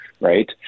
right